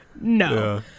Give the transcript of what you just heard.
No